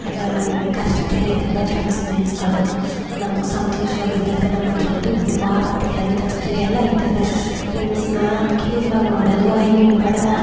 ಅಥವಾ ನಮ್ಮ ಕಷ್ಟದಲ್ಲಿದ್ದಾಗ ಫ್ರೆಂಡ್ಸ್ ನೆನ್ಸ್ಕಳ್ಳದು ನಮಗೆ ಸಂತೋಷವಾಗಿದ್ದಾಗ ನಮ್ಮ ಹತ್ರ ದುಡ್ಡು ಆಸ್ತಿ ಅಂತಸ್ತು ಎಲ್ಲಾ ಇದ್ದಾಗ ಫ್ರೆಂಡ್ಸನ್ನ ಕೀಳ್ವಾಗಿ ನೋಡೋದು ಐ ಮೀನ್ ಬಡವ